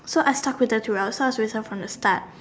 so I stuck with them throughout so I was with them from the start